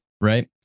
Right